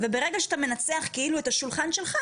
ברגע שאתה מנצח כאילו את השולחן שלך,